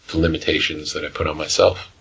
limitations that i put on myself.